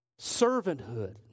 Servanthood